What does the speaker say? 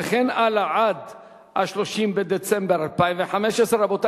וכן הלאה עד 30 בדצמבר 2015. רבותי,